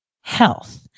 Health